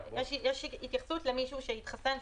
אבל יש התייחסות למישהו שהתחסן,